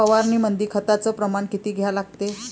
फवारनीमंदी खताचं प्रमान किती घ्या लागते?